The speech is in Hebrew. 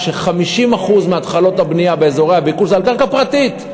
50% מהתחלות הבנייה באזורי הביקוש הם על קרקע פרטית.